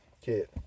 kid